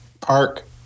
Park